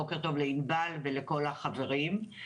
בוקר טוב לענבל ולכל החברים.